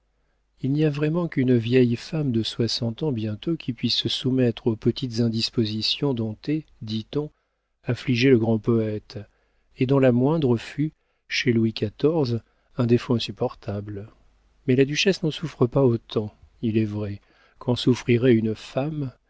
il n'y a vraiment qu'une vieille femme de soixante ans bientôt qui puisse se soumettre aux petites indispositions dont est dit-on affligé le grand poëte et dont la moindre fut chez louis xiv un défaut insupportable mais la duchesse n'en souffre pas autant il est vrai qu'en souffrirait une femme